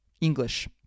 English